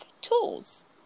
tools